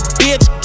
bitch